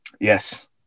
Yes